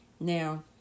Now